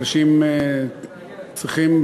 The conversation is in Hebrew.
אנשים צריכים,